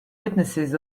witnesses